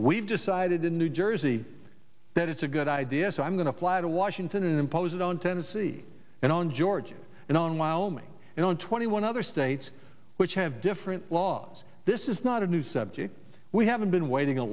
we've decided in new jersey that it's a good idea so i'm going to fly to washington and impose it on tennessee and on georgia and on while me and on twenty one other states which have different laws this is not a new subject we haven't been waiting a